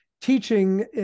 teaching